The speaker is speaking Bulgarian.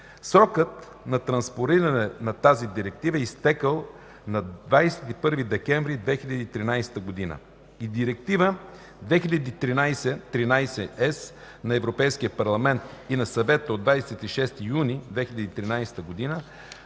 (срокът за транспониране на тази директива е изтекъл на 21 декември 2013 г.) и Директива 2013/33/ЕС на Европейския парламент и на Съвета от 26 юни 2013 за